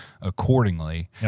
accordingly